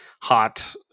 hot